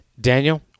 Daniel